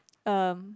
um